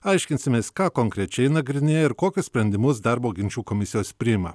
aiškinsimės ką konkrečiai nagrinėja ir kokius sprendimus darbo ginčų komisijos priima